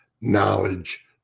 knowledge